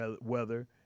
weather